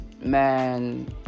man